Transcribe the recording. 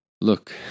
Look